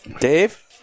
Dave